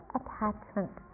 attachment